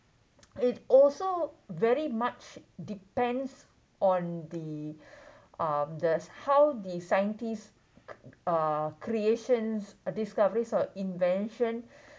it also very much depends on the um the how the scientists uh creations discoveries or invention